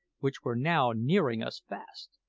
which were now nearing us fast.